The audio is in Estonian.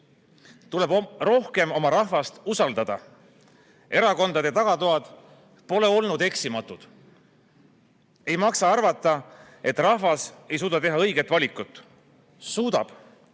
Tuleb rohkem oma rahvast usaldada. Erakondade tagatoad pole olnud eksimatud. Ei maksa arvata, et rahvas ei suuda teha õiget valikut. Suudab!